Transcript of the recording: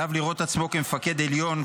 עליו לראות עצמו כמפקד עליון,